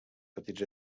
petits